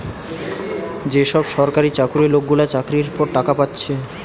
যে সব সরকারি চাকুরে লোকগুলা চাকরির পর টাকা পাচ্ছে